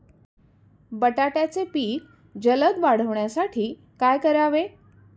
बटाट्याचे पीक जलद वाढवण्यासाठी काय करावे?